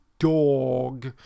Dog